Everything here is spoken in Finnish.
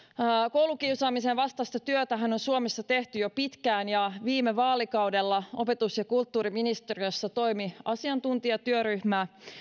koulukiusaamisen vastaista työtähän on suomessa tehty jo pitkään ja viime vaalikaudella opetus ja kulttuuriministeriössä toimi asiantuntijatyöryhmä